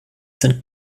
sind